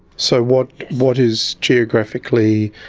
so, what what is geographically,